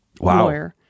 Wow